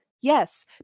Yes